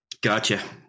Gotcha